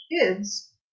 kids